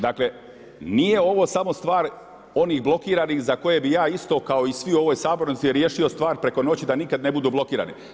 Dakle, nije ovo samo stvar onih blokiranih za koje bih ja isto kao i svi u ovoj sabornici riješio stvar preko noći da nikada ne budu blokirani.